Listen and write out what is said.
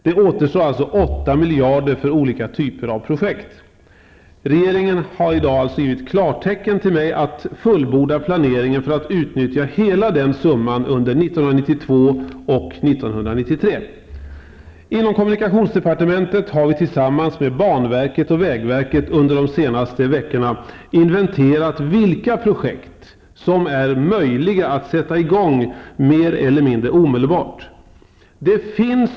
Det återstår alltså 8 miljarder för olika typer av projekt. Regeringen har i dag givit mig klartecken att fullborda planeringen för att hela den summan skall kunna utnyttjas under 1992 och 1993. Inom kommunikationsdepartementet har vi under de senaste veckorna tillsammans med banverket och vägverket inventerat vilka projekt som är möjliga att mer eller mindre omedelbart sättas i gång.